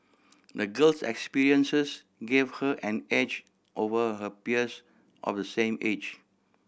the girl's experiences gave her an edge over her peers of the same age